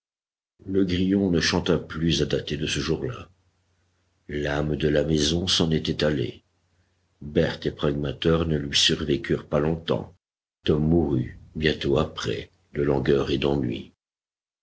le grillon ne chanta plus à dater de ce jour-là l'âme de la maison s'en était allée berthe et pragmater ne lui survécurent pas longtemps tom mourut bientôt après de langueur et d'ennui